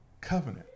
covenant